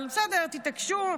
אבל בסדר, תתעקשו.